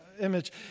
image